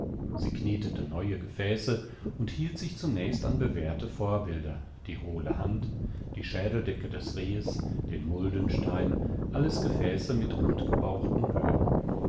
sie knetete neue gefäße und hielt sich zunächst an bewährte vorbilder die hohle hand die schädeldecke des rehes den muldenstein alles gefäße mit rundgebauchten böden